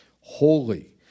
holy